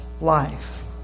life